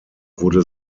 wurde